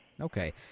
Okay